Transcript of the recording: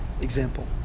example